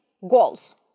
goals